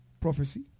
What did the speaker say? Prophecy